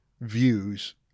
views